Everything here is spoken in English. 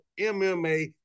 MMA